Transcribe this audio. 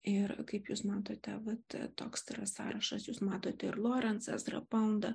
ir kaip jūs matote vat toks yra sąrašas jūs matote ir lorencas yra panda